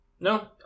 No